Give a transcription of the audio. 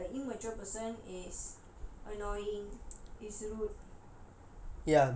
if you might feel that a immature person is annoying is rude